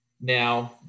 Now